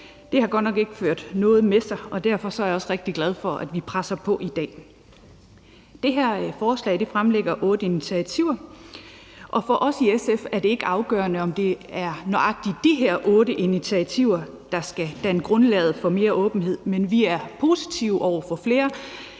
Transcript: Det har godt nok ikke ført noget med sig, og derfor er jeg også rigtig glad for, at vi presser på i dag. Det her forslag fremlægger otte initiativer, og for os i SF er det ikke afgørende, om det er nøjagtig de her otte initiativer, der skal danne grundlaget for mere åbenhed, men vi er positive over for flere